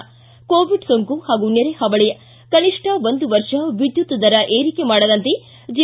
ಿ ಕೋವಿಡ್ ಸೋಂಕು ಹಾಗೂ ನೆರೆ ಹಾವಳಿ ಕನಿಷ್ಠ ಒಂದು ವರ್ಷ ವಿದ್ಯುತ್ ದರ ಏರಿಕೆ ಮಾಡದಂತೆ ಜೆ